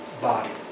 body